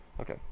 Okay